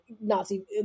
Nazi